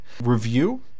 review